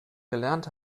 gelernt